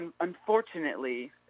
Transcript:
unfortunately